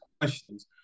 questions